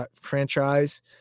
franchise